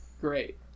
great